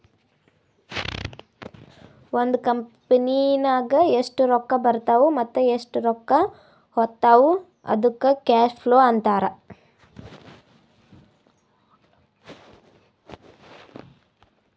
ಒಂದ್ ಕಂಪನಿನಾಗ್ ಎಷ್ಟ್ ರೊಕ್ಕಾ ಬರ್ತಾವ್ ಮತ್ತ ಎಷ್ಟ್ ರೊಕ್ಕಾ ಹೊತ್ತಾವ್ ಅದ್ದುಕ್ ಕ್ಯಾಶ್ ಫ್ಲೋ ಅಂತಾರ್